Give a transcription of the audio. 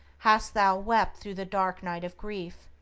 hast thou wept through the dark night of grief?